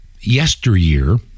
yesteryear